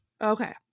Okay